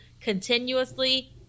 continuously –